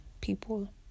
people